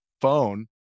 phone